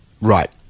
right